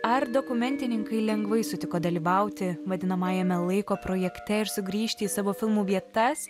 ar dokumentininkai lengvai sutiko dalyvauti vadinamajame laiko projekte ir sugrįžti į savo filmų vietas